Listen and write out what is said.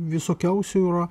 visokiausių yra